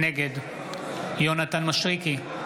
נגד יונתן מישרקי,